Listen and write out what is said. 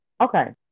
okay